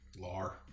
Lar